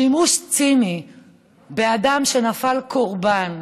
שימוש ציני באדם שנפל קורבן,